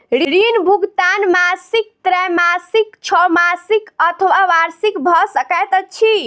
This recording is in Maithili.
ऋण भुगतान मासिक त्रैमासिक, छौमासिक अथवा वार्षिक भ सकैत अछि